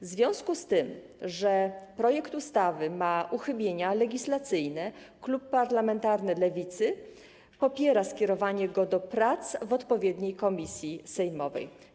W związku z tym, że projekt ustawy ma uchybienia legislacyjne, klub parlamentarny Lewicy popiera skierowanie go do prac w odpowiedniej komisji sejmowej.